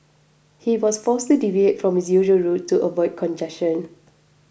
he was forced to deviate from his usual route to avoid congestion